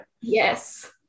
yes